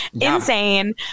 insane